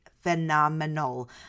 phenomenal